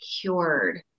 cured